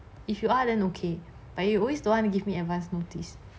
if you are then okay but you always don't want me give me advance notice